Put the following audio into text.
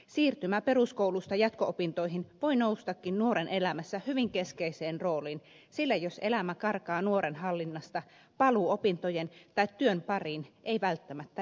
siirtymä peruskoulusta jatko opintoihin voi noustakin nuoren elämässä hyvin keskeiseen rooliin sillä jos elämä karkaa nuoren hallinnasta paluu opintojen tai työn pariin ei välttämättä enää onnistukaan